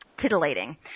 titillating